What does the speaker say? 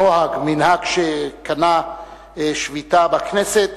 מנהג שקנה שביתה בכנסת